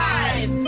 Five